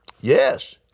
yes